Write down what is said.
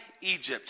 Egypt